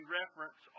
reference